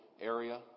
area